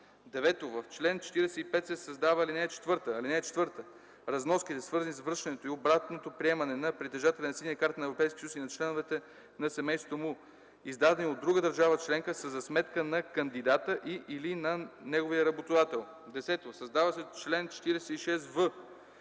4.” 9. В чл. 45 се създава ал. 4: „(4) Разноските, свързани с връщането и обратното приемане на притежателя на синя карта на Европейския съюз и на членовете на семейството му, издадени от друга държава членка, са за сметка на кандидата и/или на неговия работодател.” 10. Създава се чл. 46в: